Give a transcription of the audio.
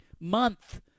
month